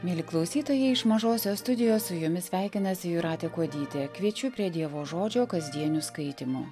mieli klausytojai iš mažosios studijos su jumis sveikinasi jūratė kuodytė kviečiu prie dievo žodžio kasdienių skaitymų